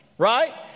right